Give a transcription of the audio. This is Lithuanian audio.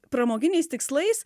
pramoginiais tikslais